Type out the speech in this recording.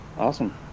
Awesome